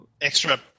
Extra